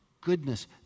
goodness